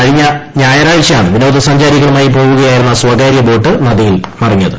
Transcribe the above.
കഴിഞ്ഞ ഞായറാഴ്ചയാണ് വിനോദൃസ്ഞ്ചാ്രികളുമായി പോകുകയായിരുന്ന സ്വകാര്യ ബോട്ട് നദിയിൽ മറ്റിഞ്ഞത്